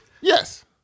Yes